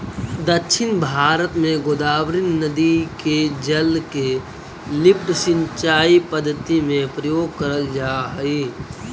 दक्षिण भारत में गोदावरी नदी के जल के लिफ्ट सिंचाई पद्धति में प्रयोग करल जाऽ हई